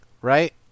right